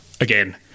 again